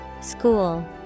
School